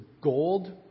gold